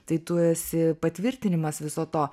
tai tu esi patvirtinimas viso to